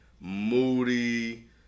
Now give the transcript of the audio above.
moody